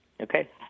Okay